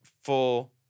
full